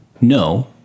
no